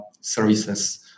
services